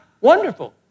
Wonderful